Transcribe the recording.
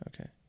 Okay